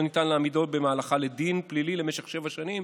ניתן להעמידו במהלכה לדין פלילי למשך שבע שנים,